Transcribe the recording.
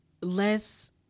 less